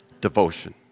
devotion